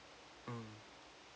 mm